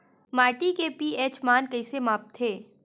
माटी के पी.एच मान कइसे मापथे?